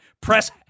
press